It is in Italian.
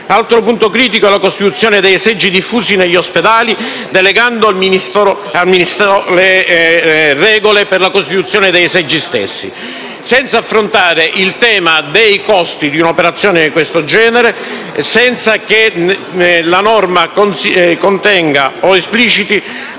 Altro punto critico è la costituzione di seggi diffusi negli ospedali delegando al Ministro le regole per la costituzione dei seggi stessi, senza tener conto del tema dei costi di un'operazione di questo genere e senza che la norma contenga o espliciti